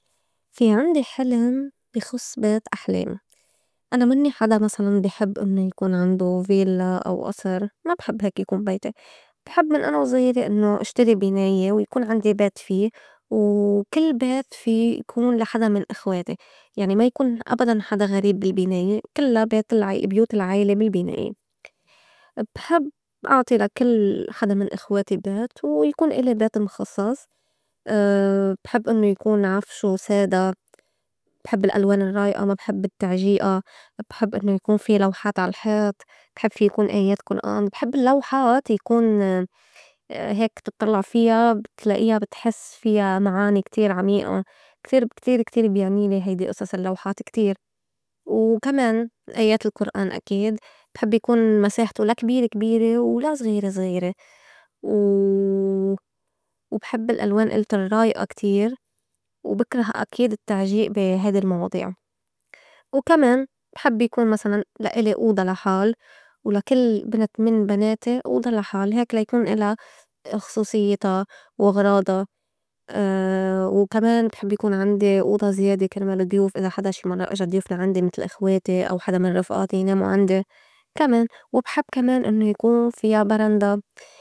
في عندي حلم بخُص بيت أحلامي أنا منّي حدا مسلاً بحب إنّو يكون عندو فيلّا أو أصر ما بحب هيك يكون بيتي بحب من أنا وزغيري إنّو إشتري بناية ويكون عندي بيت في و كل بيت في يكون لا حدا من إخواتي يعني ما يكون أبداً حدا غريب بالبناية كلّا بيت- بيوت العيلة بالبناية بحب أعطي لا كل حدا من إخواتي بيت ويكون إلي بيت مخصّص بحب إنّو يكون عفشو سادة، بحب الألوان الرّايئة ما بحب التّعجيئة، بحب إنّو يكون في لوحات عالحيط، بحب في يكون آيات قرآن، بحب اللّوحات يكون هيك تطلّع فيا بتلائيا بتحس فيا معاني كتير عميئة كتير- كتير- كتير بيعنيلي هيدي أصص اللّوحات كتير وكمان آيات القرآن أكيد، بحب يكون مساحتو لا كبيرة- كبيرة ولا زغيرة- زغيرة و وبحب الألوان ألت الرّايئة كتير وبكره أكيد التّعجيئ بي هيدي المواضيع، وكمان بحب يكون مسلاً لا إلي أوضة لحال ولا كل بنت من بناتي أوضى لا حال هيك لا يكون إلا خصوصيّتا وغراضا، وكمان بحب يكون عندي أوضى زيادة كرمال الضيوف إذا حدا شي مرّة إجا ضيوف لا عندي متل إخواتي أو حدا من رفئاتي ينامو عندي كمان، وبحب كمان إنّو يكون فيا برندا.